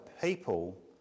people